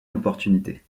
l’opportunité